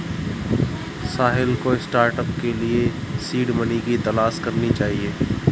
साहिल को स्टार्टअप के लिए सीड मनी की तलाश करनी चाहिए